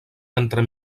entre